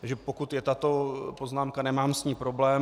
Takže pokud je tato poznámka, nemám s ní problém.